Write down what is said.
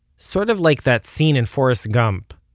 sort of like that scene in forrest gump,